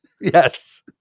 Yes